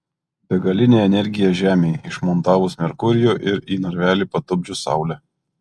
begalinė energija žemei išmontavus merkurijų ir į narvelį patupdžius saulę